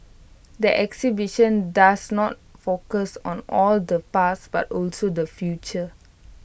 the exhibition does not focus on or the past but also the future